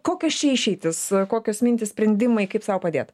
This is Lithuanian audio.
kokios čia išeitys kokios mintys sprendimai kaip sau padėt